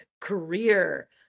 career